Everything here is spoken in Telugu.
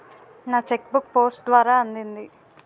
నా చెక్ బుక్ పోస్ట్ ద్వారా అందింది